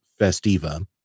festiva